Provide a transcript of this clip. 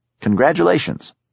Congratulations